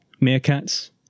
meerkats